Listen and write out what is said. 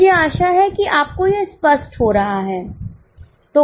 मुझे आशा है कि आपको यह स्पष्ट हो रहा है